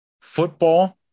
football